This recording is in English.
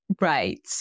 Right